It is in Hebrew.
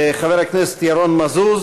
חבר הכנסת ירון מזוז